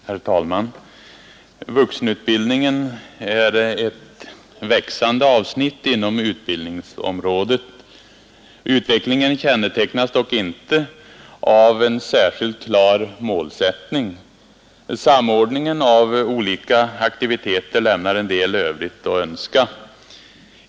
Herr talman! Vuxenutbildningen är ett växande avsnitt inom utbildningsområdet. Utvecklingen kännetecknas dock inte av en särskilt klar målsättning. Samordningen av olika aktiviteter lämnar en del övrigt att önska.